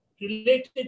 related